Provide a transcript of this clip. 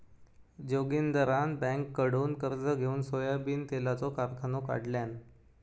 जोगिंदरान बँककडुन कर्ज घेउन सोयाबीन तेलाचो कारखानो काढल्यान